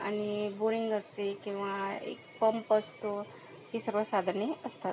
आणि बोरिंग असते किंवा एक पंप असतो ही सगळं साधनं असतात